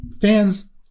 Fans